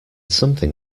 something